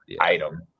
item